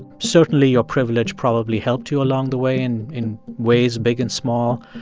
certainly your privilege probably helped you along the way, in in ways big and small.